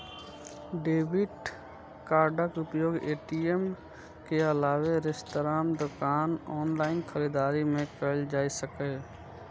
debit कार्डक उपयोग ATM के अलावे रेस्तरां, दोकान, ऑनलाइन खरीदारी मे कैल जा सकैए